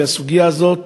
והסוגיה הזאת